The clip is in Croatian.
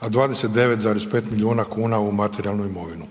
a 29,5 milijuna kuna u materijalnu imovinu.